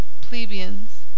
plebeians